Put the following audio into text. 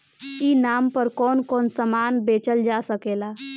ई नाम पर कौन कौन समान बेचल जा सकेला?